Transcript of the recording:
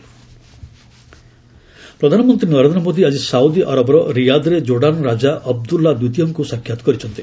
PM Jordan king ପ୍ରଧାନମନ୍ତ୍ରୀ ନରେନ୍ଦ୍ର ମୋଦୀ ଆଜି Saudi ଆରବର ରିୟାଦରେ ଜୋର୍ଡାନ୍ ରାଜା ଅବଦୁଲ୍ଲା ଦ୍ୱିତୀୟଙ୍କୁ ସାକ୍ଷାତ କରିଛନ୍ତି